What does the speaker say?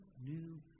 new